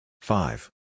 Five